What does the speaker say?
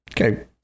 Okay